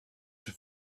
have